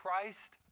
Christ